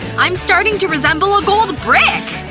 i'm starting to resemble a gold brick!